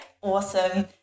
awesome